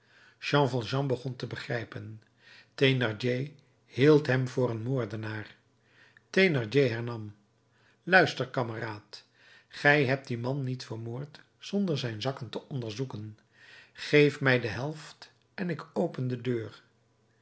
jean valjean begon te begrijpen thénardier hield hem voor een moordenaar thénardier hernam luister kameraad gij hebt dien man niet vermoord zonder zijn zakken te onderzoeken geef mij de helft en ik open de deur